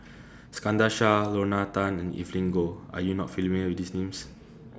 Iskandar Shah Lorna Tan and Evelyn Goh Are YOU not familiar with These Names